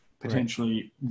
potentially